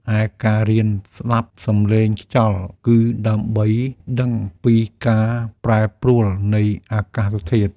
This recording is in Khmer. ឯការរៀនស្ដាប់សំឡេងខ្យល់ គឺដើម្បីដឹងពីការប្រែប្រួលនៃអាកាសធាតុ។